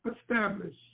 establish